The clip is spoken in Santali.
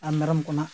ᱟᱨ ᱢᱮᱨᱚᱢ ᱠᱚ ᱱᱟᱦᱟᱸᱜ